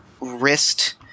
wrist